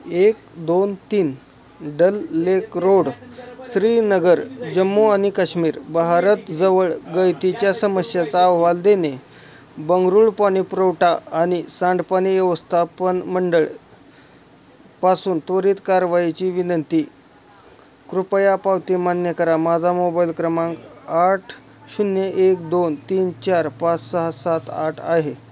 एक दोन तीन डल लेक रोड श्रीनगर जम्मू आणि काश्मीर भारतजवळ गळतीच्या समस्येचा अहवाल देणे बंगळुरू पाणी पुरवठा आणि सांडपाणी व्यवस्थापन मंडळ पासून त्वरित कारवाईची विनंती कृपया पावती मान्य करा माझा मोबाईल क्रमांक आठ शून्य एक दोन तीन चार पाच सहा सात आठ आहे